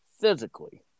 physically